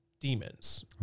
demons